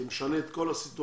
זה משנה את כל הסיטואציה,